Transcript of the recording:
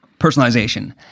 Personalization